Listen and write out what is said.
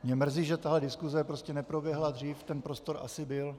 Mě mrzí, že tahle diskuze prostě neproběhla dřív, ten prostor asi byl.